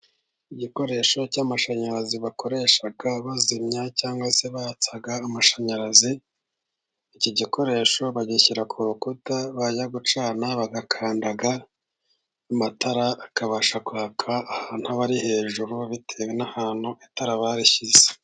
Igikoresho cy'amashanyarazi, bakoresha bazimya cyangwa se batsa amashanyarazi, iki gikoresho bagishyira ku rukuta bajya gucana bagakanda amatara, akabasha kwaka ahantu aba ari hejuru bitewe n'ahantu itara barishyize.